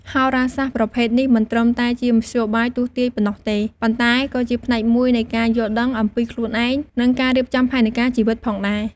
ហោរាសាស្ត្រប្រភេទនេះមិនត្រឹមតែជាមធ្យោបាយទស្សន៍ទាយប៉ុណ្ណោះទេ ប៉ុន្តែក៏ជាផ្នែកមួយនៃការយល់ដឹងអំពីខ្លួនឯង និងការរៀបចំផែនការជីវិតផងដែរ។